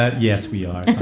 ah yes, we are.